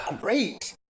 great